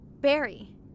Barry